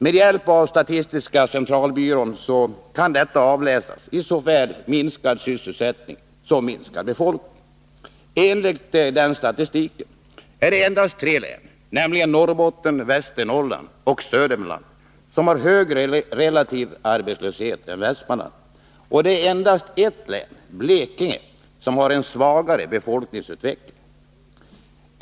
Med hjälp av statistiska centralbyråns statistik kan detta avläsas i såväl minskad sysselsättning som minskad befolkning. Enligt denna statistik är det endast tre län, nämligen Norrbotten, Västernorrland och Södermanland, som har högre relativ arbetslöshet än Västmanland, och det är endast ett län, Blekinge, som har en svagare befolkningsutveckling.